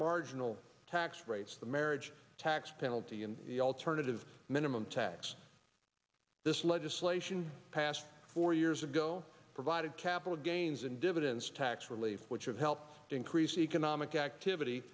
marginal tax rates the marriage tax penalty and the alternative minimum tax this legislation passed four years ago provided capital gains and dividends tax relief which have helped increase economic activity